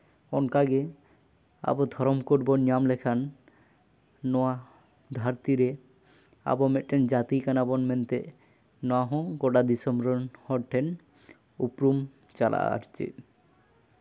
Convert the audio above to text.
ᱚᱱᱠᱟᱜᱮ ᱟᱵᱚ ᱫᱷᱚᱨᱚᱢ ᱠᱳᱰ ᱵᱚᱱ ᱧᱟᱢ ᱞᱮᱠᱷᱟᱱ ᱱᱚᱣᱟ ᱫᱷᱟᱹᱨᱛᱤ ᱨᱮ ᱟᱵᱚ ᱢᱤᱫᱴᱮᱱ ᱡᱟᱹᱛᱤ ᱠᱟᱱᱟ ᱵᱚᱱ ᱢᱮᱱᱛᱮ ᱱᱚᱣᱟ ᱦᱚᱸ ᱜᱳᱴᱟ ᱫᱤᱥᱚᱢ ᱨᱮᱱ ᱦᱚᱲ ᱴᱷᱮᱱ ᱩᱯᱨᱩᱢ ᱪᱟᱞᱟᱜᱼᱟ ᱟᱨ ᱪᱮᱫ